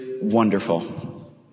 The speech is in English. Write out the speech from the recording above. wonderful